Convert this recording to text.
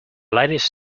ladies